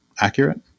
accurate